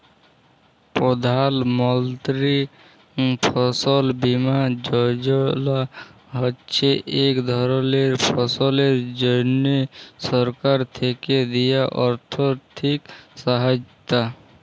প্রধাল মলতিরি ফসল বীমা যজলা হছে ইক ধরলের ফসলের জ্যনহে সরকার থ্যাকে দিয়া আথ্থিক সহায়তা